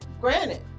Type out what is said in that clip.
granted